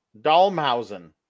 Dalmhausen